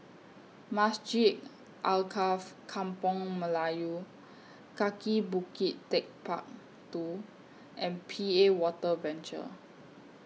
Masjid Alkaff Kampung Melayu Kaki Bukit Techpark two and P A Water Venture